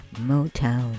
Motown